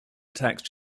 attacked